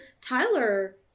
Tyler